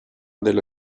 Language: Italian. della